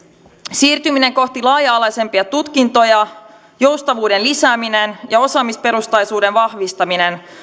siirtyminen kohti laaja alaisempia tutkintoja joustavuuden lisääminen ja osaamisperustaisuuden vahvistaminen